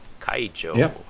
Kaijo